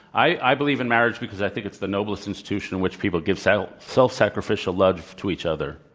i i believe in marriage because i think it's the noblest institution in which people give so self-sacrificial love to each other.